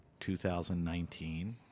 2019